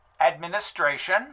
Administration